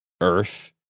earth